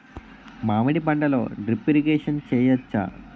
మామిడి పంటలో drip irrigation చేయచ్చా?